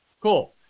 Cool